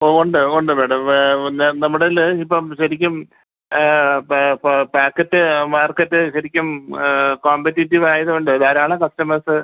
ഓ ഉണ്ട് ഉണ്ട് മാഡം ഒന്ന് നമ്മുടെൽ ഇപ്പം ശരിക്കും പ പ പാക്കറ്റ് മാർക്കറ്റ് ശരിക്കും കോംപറ്റീറ്റീവായത് കൊണ്ട് ധാരാളം കസ്റ്റമേഴ്സ്